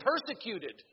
persecuted